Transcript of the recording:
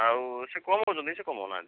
ଆଉ ସେ କମ୍ କରୁଛନ୍ତି ସେ କମଉନାହାନ୍ତି